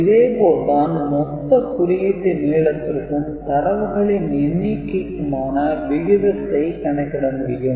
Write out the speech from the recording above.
இதே போல் தான் மொத்த குறியீட்டு நீளத்திற்கும் தரவுகளின் எண்ணிக்கைக்குமான விகிதத்தை கணக்கிட முடியும்